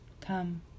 Come